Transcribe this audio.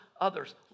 others